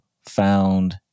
found